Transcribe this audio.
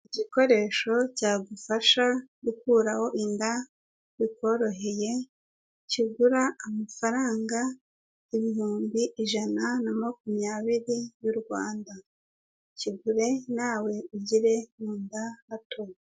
Igikoresho cyagufasha, gukuraho inda bikoroheye, kigura amafaranga, ibihumbi ijana na makumyabiri y'u Rwanda. Kigure nawe ugire mu nda hato.